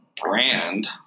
brand